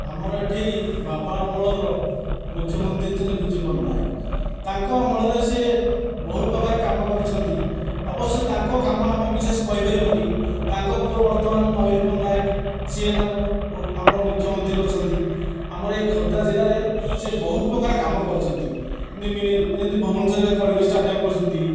ଆମର ଏଠି ବାପା ଅମଳର ମୁଖ୍ୟମନ୍ତ୍ରୀ ଥିଲେ ବିଜୁ ପଟ୍ଟନାୟକ ତାଙ୍କ ଅମଳରେ ସିଏ ବହୁ ପ୍ରକାର କାମ କରିଛନ୍ତି ଅବଶ୍ୟ ତାଙ୍କ କାମ ଆମେ ବିଶେଷ କହି ପାରିବୁ ନାହିଁ ତାଙ୍କ ପୁଅ ବର୍ତ୍ତମାନ ନବୀନ ପଟ୍ଟନାୟକ ସିଏ ଏଇନେ ଆମର ମୁଖ୍ୟମନ୍ତ୍ରୀ ଅଛନ୍ତି ଆମର ଏହି ଖୋର୍ଦ୍ଧା ଜିଲ୍ଲାରେ ସେ ବହୁ ପ୍ରକାର କାମ କରିଛନ୍ତି ଯେମିତି ଭୁବନେଶ୍ୱରରେ କଳିଙ୍ଗ ଷ୍ଟାଡିୟମ୍ କରିଛନ୍ତି